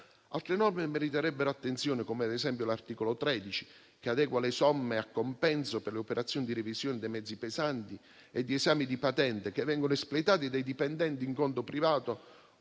Altre norme meriterebbero attenzione, come ad esempio l'articolo 13, che adegua le somme a compenso per le operazioni di revisione dei mezzi pesanti e di esame di patente che vengono espletate dai dipendenti in conto privato